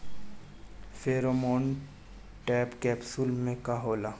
Pheromone trap capsule में का होला?